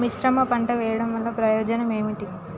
మిశ్రమ పంట వెయ్యడం వల్ల ప్రయోజనం ఏమిటి?